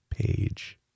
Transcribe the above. page